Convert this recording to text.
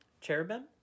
Cherubim